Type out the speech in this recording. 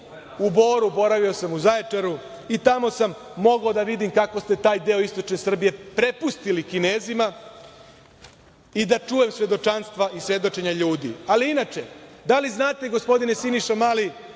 u Boru, boravio sam u Zaječaru i tamo sam mogao da vidim kako ste taj deo istočne Srbije prepustili Kinezima i da čujem svedočanstva i svedočenja ljudi. Inače, da li znate, gospodine Siniša Mali,